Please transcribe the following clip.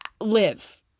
live